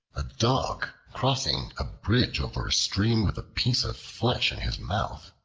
a dog, crossing a bridge over a stream with a piece of flesh in his mouth,